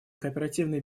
кооперативный